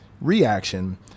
reaction